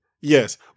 Yes